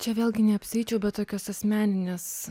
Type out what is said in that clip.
čia vėlgi neapsieičiau be tokios asmeninės